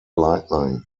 lightning